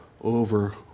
over